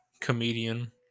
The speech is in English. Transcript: comedian